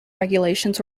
regulations